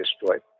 destroyed